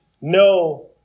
no